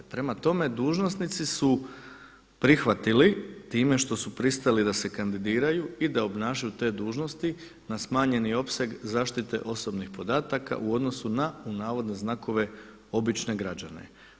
Prema tome dužnosnici su prihvatili time što su pristali da se kandidiraju i da obnašaju te dužnosti na smanjeni opseg zaštite osobnih podataka u odnosu na „obične“ građane.